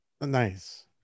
Nice